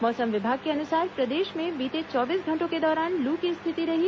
मौसम विभाग के अनुसार प्रदेश में बीते चौबीस घंटों के दौरान लू की स्थिति रही